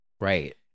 right